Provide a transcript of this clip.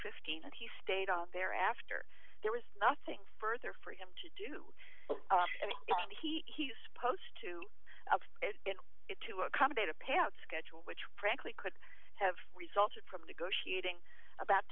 fifteen and he stayed there after there was nothing further for him to do and he's supposed to be in it to accommodate a payout schedule which frankly could have resulted from negotiating about